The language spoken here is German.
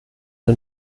the